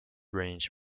range